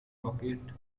rocket